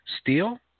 Steel